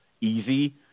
easy